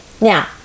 Now